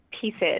pieces